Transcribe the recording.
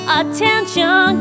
attention